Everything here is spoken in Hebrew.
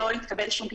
לא התקבל שום פתרון.